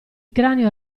cranio